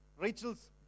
Rachel's